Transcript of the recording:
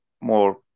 more